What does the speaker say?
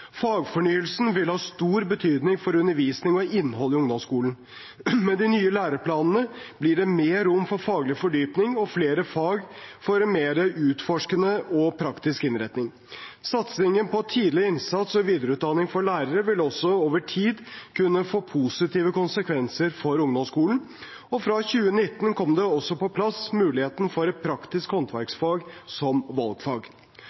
Fagfornyelsen vil ha stor betydning for undervisning og innhold i ungdomsskolen. Med de nye læreplanene blir det mer rom for faglig fordypning, og flere fag får en mer utforskende og praktisk innretning. Satsingen på tidlig innsats og videreutdanning for lærere vil også over tid kunne få positive konsekvenser for ungdomsskolen, og fra 2019 kom det også på plass mulighet for et praktisk håndverksfag som valgfag.